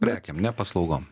prekėm ne paslaugom